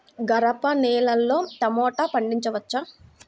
గరపనేలలో టమాటా పండించవచ్చా?